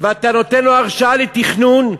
ואתה נותן לו הרשאה לתכנון,